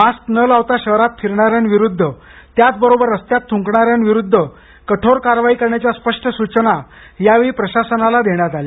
mask न लावता शहरात फिरणाऱ्यांविरुद्ध त्याचबरोबर रस्त्यात थुकणाऱ्यांविरुध्द कठोर कारवाई करण्याच्या स्पष्ट सूचना यावेळी प्रशासनाला देण्यात आल्या